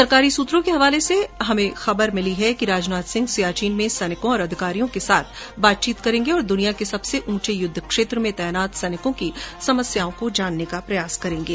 सरकारी सूत्रों के हवाले से हमारे संवाददाता ने खबर दी है कि राजनाथ सिंह सियाचिन में सैनिकों और अधिकारियों के साथ बातचीत करेंगे और दुनिया के सबसे ऊंचे युद्ध क्षेत्र में तैनाती के दौरान सैनिकों की समस्याओं को जानने का प्रयास करेंगे